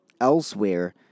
elsewhere